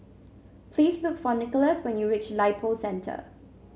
please look for Nicholaus when you reach Lippo Centre